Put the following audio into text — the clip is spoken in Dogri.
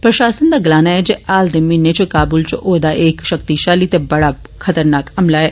प्रशासन दा गलाया ऐ जे हाल दे म्हीने इच काबूल इच होए दा एह् इक शक्तिशाली ते बड़ा मता खतरनाक हमला ऐ